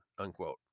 unquote